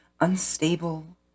unstable